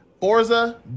Forza